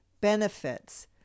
benefits